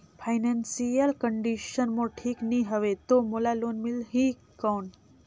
Financial condition मोर ठीक नी हवे तो मोला लोन मिल ही कौन??